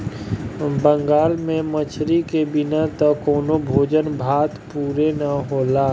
बंगाल में मछरी के बिना त कवनो भोज भात पुरे ना होला